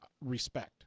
respect